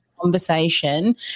conversation